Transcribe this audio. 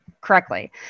correctly